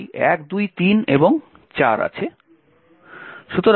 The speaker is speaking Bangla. তাই 1 2 3 এবং 4 আছে